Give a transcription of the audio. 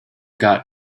got